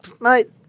mate